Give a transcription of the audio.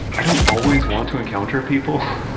i don't always want to encounter people.